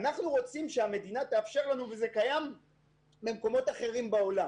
אנחנו רוצים שהמדינה תאפשר לנו וזה קיים במקומות אחרים בעולם